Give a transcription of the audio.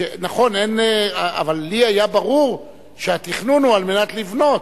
לי היה ברור שהתכנון הוא על מנת לבנות.